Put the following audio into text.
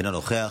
אינו נוכח,